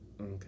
Okay